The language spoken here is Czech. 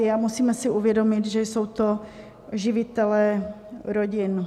A musíme si uvědomit, že jsou to živitelé rodin.